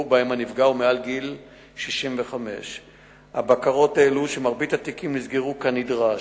שבהם הנפגע הוא מעל גיל 65. הבקרות העלו שמרבית התיקים נסגרו כנדרש,